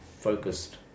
Focused